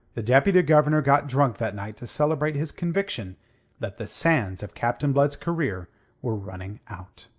the deputy-governor got drunk that night to celebrate his conviction that the sands of captain blood's career were running out.